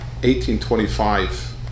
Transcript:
1825